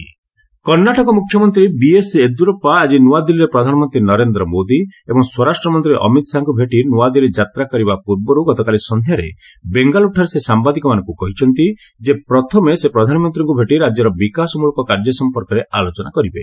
PM Yediyurappa Karnataka ମୁଖ୍ୟମନ୍ତ୍ରୀ BS Yediyurappa ଆଜି ନ୍ତଆଦିଲ୍ଲୀରେ ପ୍ରଧାନମନ୍ତ୍ରୀ ନରେନ୍ଦ୍ର ମୋଦୀ ଏବଂ ସ୍ୱରାଷ୍ଟ୍ର ମନ୍ତ୍ରୀ ଅମିତ ଶାହାଙ୍କୁ ଭେଟି ନୂଆଦିଲ୍ଲୀ ଯାତ୍ରା କରିବା ପୂର୍ବରୁ ଗତକାଲି ସନ୍ଧ୍ୟାରେ ବେଙ୍ଗାଲୁର୍ଠାରେ ସେ ସାମ୍ବାଦିକମାନଙ୍କୁ କହିଛନ୍ତି ଯେ ପ୍ରଥମେ ସେ ପ୍ରଧାନମନ୍ତ୍ରୀଙ୍କୁ ଭେଟି ରାଜ୍ୟର ବିକାଶମୂଳକ କାର୍ଯ୍ୟ ସମ୍ପର୍କରେ ଆଲୋଚନା କରିବେ